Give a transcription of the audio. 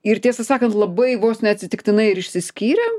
ir tiesą sakant labai vos neatsitiktinai ir išsiskyrėm